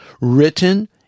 written